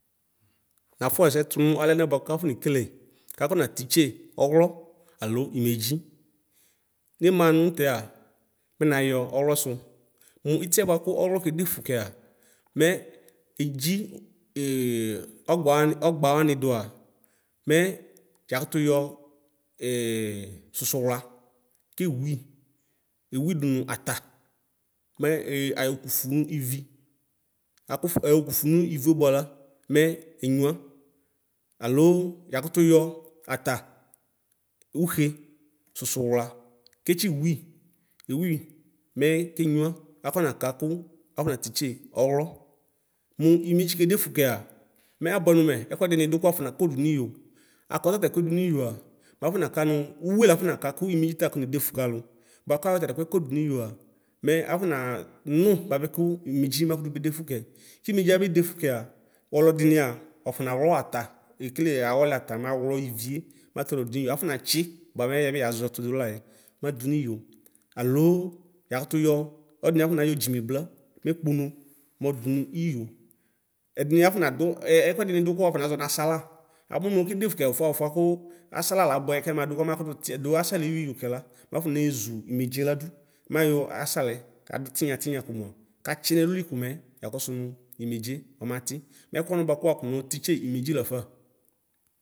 Napsyɛsɛ tuma alemaa bua tafɔne kele, kafɔnta titɛ syɔɔ elɔ imɛdzi. Nimaa mutaa, me nyaa ɔfɔlɔ. Mu itsɛɛ buaku syɔɔ kɛdefu kɛame edzi sgbaɔgbaani dɔɔ, me ya kutu yɛɔ susuwulakɛwi, ewi dumu ata me e ayɔkufumi ivi. Kufu ayɔ kufumi ivire buala me enyuiya aloo yakutuyɔ ata, uhɛ, susuwulakɛtɛniwi, ewi me kenyiia mafɔnaka ku afɔnta titɛ syɔɔ. Mu imɛdzi kɛdefu kɛa mɛabɛrenume ɛkɛdiniɔ du kunwafɔna Kɔdu nijo; abɛ tatɛkus du nijoɔ mafɔnaka nune wɔɔ lafɔmaku imɛdziɛ ta kɔnɛdɛfu kalu; bua kayɛ tatɛkus kɔdu nijoɔme afɔnaa nu lafe ku imɛdzi makutu bɛdefu kɛ. Kimɛdziabɛdefu kɛa, wɔlɔdini wɔfɔnawɔɔ ata, ekɛle awɔli atamawɔls ivire matsɛduu nɔyo, afɔntaɛ bɛameɛyɛ yɛgɛziduulas. Nadu nijo aloo yakutuyɔ wɔɔdiniɔ ɔfɔna dzimebla. mekpono mɔɔdunu iyɔ. Eduni afɔnadu s e ɛkɛdini du ku wrakɔnɔɔgɔ nasala: akumu akɛdefu kɛfunafun ku asala labweyɛ. Kemadu kemahuliti tiedu du asaleyuiyo tela mafunezu imedzie ladu, mays asale kadu tiya tiya komua, kalie nsulii kome yaksonu imedzie smati. Mekuwani kuwanu nasitiise imedzie lafa.